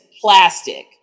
plastic